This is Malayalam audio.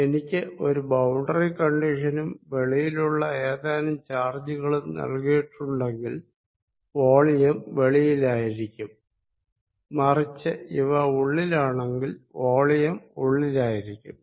എനിക്ക് ഒരു ബൌണ്ടറി കണ്ടിഷനും വെളിയിലുള്ള ഏതാനും ചാർജുകളും നൽകിയിട്ടുണ്ടെങ്കിൽ വോളിയം വെളിയിലായിരിക്കും മറിച്ച് ഇവ ഉള്ളിലാണെങ്കിൽ വോളിയം ഉള്ളിലായിരിക്കും